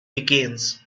begins